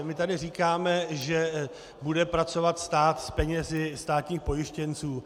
My tady říkáme, že bude pracovat stát s penězi státních pojištěnců.